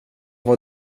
var